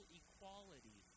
equality